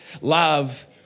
love